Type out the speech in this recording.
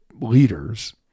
leaders